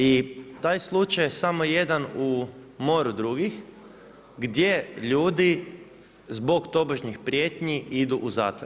I taj slučaj je samo jedan u moru drugih, gdje ljudi zbog tobožnjih prijetnji idu u zatvor.